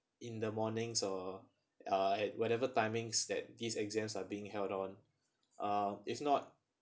in the morning so uh at whatever timings that these exams are being held on uh if not